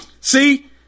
see